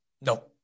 No